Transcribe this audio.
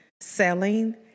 selling